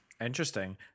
interesting